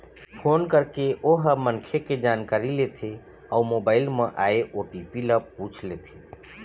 phone करके ओ ह मनखे के जानकारी लेथे अउ मोबाईल म आए ओ.टी.पी ल पूछ लेथे